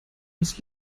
das